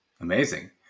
amazing